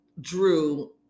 Drew